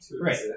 Right